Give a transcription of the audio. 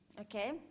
okay